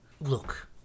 Look